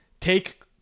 take